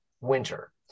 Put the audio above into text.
winter